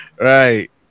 Right